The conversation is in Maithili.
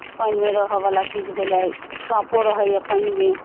पानिमे रहयवला चीज भेलै साँपो रहैए पानिमे